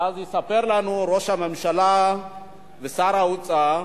ואז יספרו לנו ראש הממשלה ושר האוצר,